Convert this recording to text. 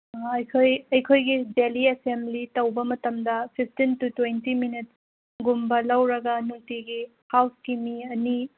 ꯑꯥ ꯑꯩꯈꯣꯏ ꯑꯩꯈꯣꯏꯒꯤ daily assembly ꯇꯧꯕ ꯃꯇꯝꯗ ꯐꯤꯞꯇꯤꯟ ꯇꯨ ꯇ꯭ꯋꯦꯟꯇꯤ ꯃꯤꯅꯠꯒꯨꯝꯕ ꯂꯧꯔꯒ ꯅꯨꯡꯇꯤꯒꯤ ꯍꯥꯎꯁꯀꯤ ꯃꯤ ꯑꯅꯤ